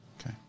Okay